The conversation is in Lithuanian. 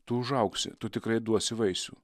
tu užaugsi tu tikrai duosi vaisių